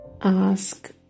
ask